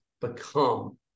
become